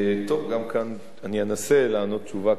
גם כאן אני אנסה לענות תשובה קצרה,